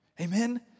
Amen